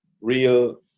real